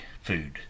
food